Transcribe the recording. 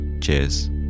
cheers